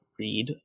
read